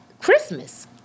Christmas